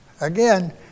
Again